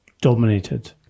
dominated